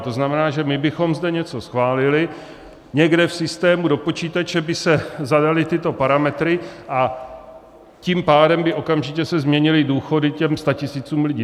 To znamená, že my bychom zde něco schválili, někde v systému do počítače by se zadaly tyto parametry, a tím pádem by se okamžitě změnily důchody těm statisícům lidí.